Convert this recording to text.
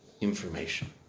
information